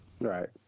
Right